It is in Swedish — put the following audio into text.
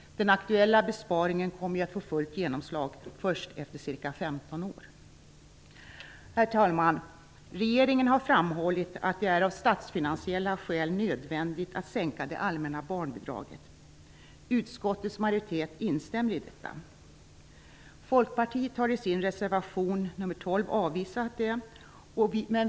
Den aktuella besparingen kommer att få fullt genomslag först efter ca 15 år. Herr talman! Regeringen har framhållit att det av statsfinansiella skäl är nödvändigt att sänka det allmänna barnbidraget. Utskottets majoritet instämmer i detta. Folkpartiet har i sin reservation nr 12 avvisat detta.